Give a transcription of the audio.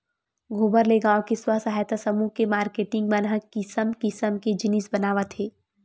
गोबर ले गाँव के स्व सहायता समूह के मारकेटिंग मन ह किसम किसम के जिनिस बनावत हे